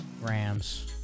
Rams